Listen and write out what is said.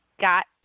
got